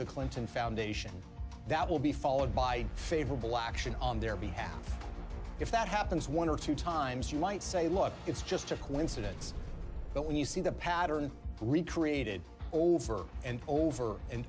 the clinton foundation that will be followed by favorable action on their behalf if that happens one or two times you might say look it's just a coincidence but when you see the pattern created over and over and